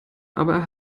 aber